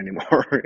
anymore